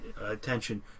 attention